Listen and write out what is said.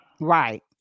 right